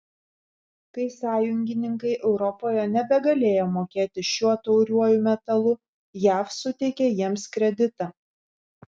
kai sąjungininkai europoje nebegalėjo mokėti šiuo tauriuoju metalu jav suteikė jiems kreditą